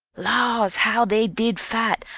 laws, how they did fight!